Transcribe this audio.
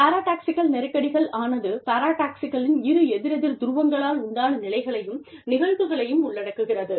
paradoxical நெருக்கடிகள் ஆனது பாராடாக்ஸ்களின் இரு எதிரெதிர் துருவங்களால் உண்டான நிலைகளையும் நிகழ்வுகளையும் உள்ளடக்குகிறது